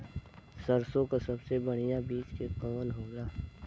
सरसों क सबसे बढ़िया बिज के कवन होला?